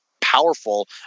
powerful